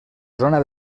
zona